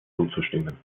zuzustimmen